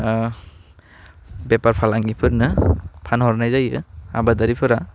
बेफार फालांगिफोरनो फानहरनाय जायो आबादारिफोरा